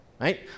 Right